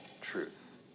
truth